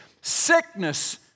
Sickness